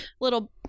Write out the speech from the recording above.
little